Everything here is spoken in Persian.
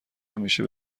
همیشه